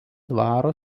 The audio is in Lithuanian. dvaro